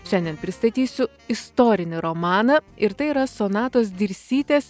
šiandien pristatysiu istorinį romaną ir tai yra sonatos dirsytės